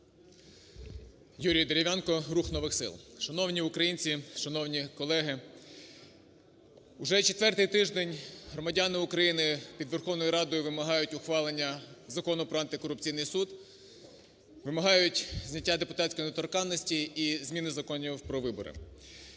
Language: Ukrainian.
Юрій Дерев'янко, "Рух нових сил". Шановні українці, шановні колеги! Уже четвертий тиждень громадяни України під Верховною Радою вимагають ухвалення Закону про Антикорупційний суд, вимагають зняття депутатської недоторканності і зміни законів про вибори.